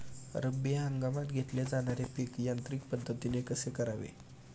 रब्बी हंगामात घेतले जाणारे पीक यांत्रिक पद्धतीने कसे करावे?